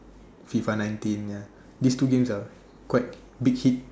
F_I_F_A nineteen ya these two games are quite big hit